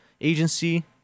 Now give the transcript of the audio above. agency